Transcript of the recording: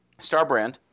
Starbrand